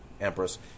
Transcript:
Empress